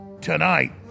tonight